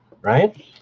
Right